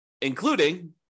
including